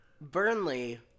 Burnley